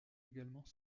également